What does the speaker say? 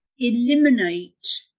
eliminate